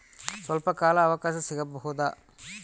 ಸ್ವಲ್ಪ ಕಾಲ ಅವಕಾಶ ಸಿಗಬಹುದಾ?